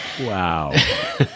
Wow